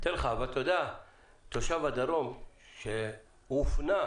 תושב הדרום שהופנה,